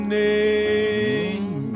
name